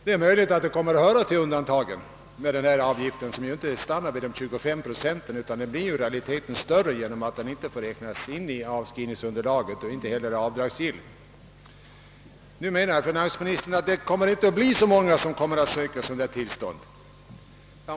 Det är möjligt att det kommer att höra till undantagen, sedan vi fått denna avgift som ju inte kommer att stanna vid 25 procent. Den blir i realiteten större genom att den inte får räknas in i avskrivningsunderlaget och heller inte är avdragsgill. Nu menar finansministern att det inte blir så många som kommer att söka sådant tillstånd.